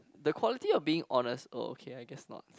the quality of being honest oh okay I guess not